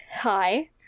hi